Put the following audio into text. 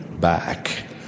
back